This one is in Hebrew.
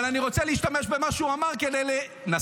אבל אני רוצה להשתמש במה שהוא אמר כדי לנסות,